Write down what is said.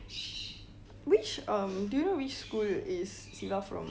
which um do you know which school is siva from